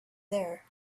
there